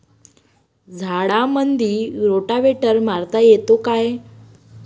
झाडामंदी रोटावेटर मारता येतो काय?